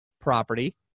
property